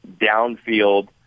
downfield